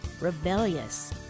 rebellious